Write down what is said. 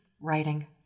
writing